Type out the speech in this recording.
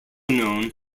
known